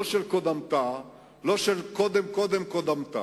לא של קודמתה ולא של הקודמת לקודמתה.